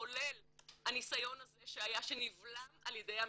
כולל הניסיון הזה שהיה שנבלם על ידי הממשלה,